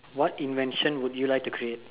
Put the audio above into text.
what invention would you like to create